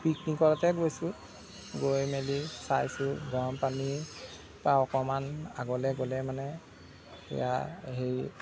পিকনিকতে গৈছোঁ গৈ মেলি চাইছোঁ গৰমপানীপৰা অকণমান আগলৈ গ'লে মানে এয়া হেৰি